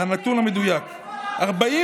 הנתון המדויק: 41